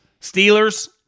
Steelers